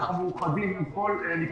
אנחנו מדברים עליו.